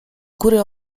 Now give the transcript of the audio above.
góry